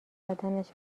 بدنش